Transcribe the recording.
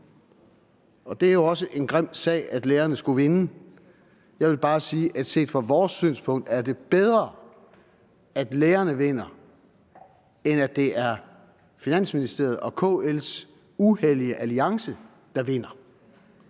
og det er jo også er en grim sag, at lærerne skulle vinde. Jeg vil bare sige, at set fra vores synspunkt er det bedre, at lærerne vinder, end at det er Finansministeriet og KL's uhellige alliance, der vinder.